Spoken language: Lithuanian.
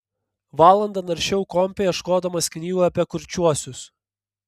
valandą naršiau kompe ieškodamas knygų apie kurčiuosius